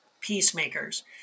peacemakers